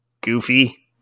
goofy